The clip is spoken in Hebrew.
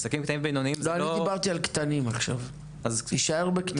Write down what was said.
אני דיברתי על קטנים עכשיו, תישאר בקטנים.